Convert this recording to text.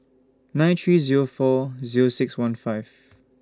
nine three Zero four Zero six one five